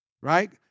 Right